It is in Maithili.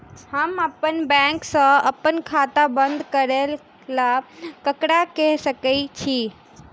हम अप्पन बैंक सऽ अप्पन खाता बंद करै ला ककरा केह सकाई छी?